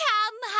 Come